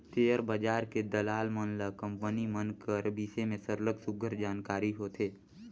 share बजार के दलाल मन ल कंपनी मन कर बिसे में सरलग सुग्घर जानकारी होथे